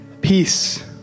peace